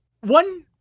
one